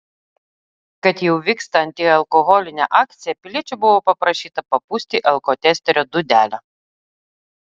kad jau vyksta antialkoholinė akcija piliečio buvo paprašyta papūsti į alkotesterio dūdelę